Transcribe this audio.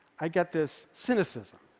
i get this cynicism.